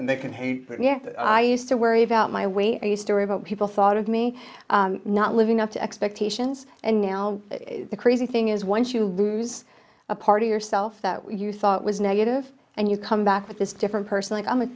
they can hey yeah i used to worry about my weight i used to worry about people thought of me not living up to expectations and now the crazy thing is once you lose a party yourself that you thought was negative and you come back with this different person like i'm on the